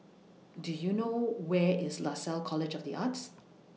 Do YOU know Where IS Lasalle College of The Arts